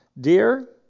Dear